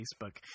Facebook